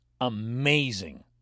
amazing